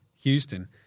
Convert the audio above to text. Houston